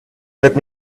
let